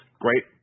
Great